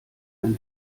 ein